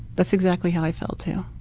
that's exactly how i felt too.